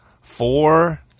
four